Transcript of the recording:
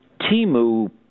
Timu